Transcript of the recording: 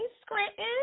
Scranton